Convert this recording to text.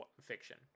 fiction